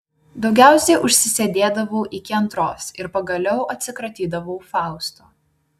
daugiausiai užsisėdėdavau iki antros ir pagaliau atsikratydavau fausto